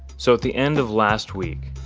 so at the end of last week,